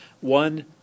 one